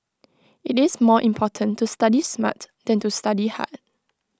IT is more important to study smart than to study hard